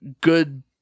good